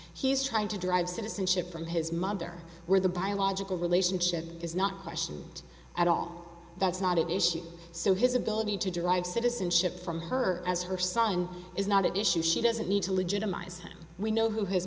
he's trying to drive citizenship from his mother where the biological relationship is not questioned at all that's not an issue so his ability to derive citizenship from her as her son is not at issue she doesn't need to legitimize him we know who his